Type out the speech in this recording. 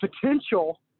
potential